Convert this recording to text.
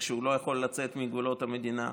הוא לא יכול לצאת מגבולות המדינה,